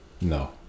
No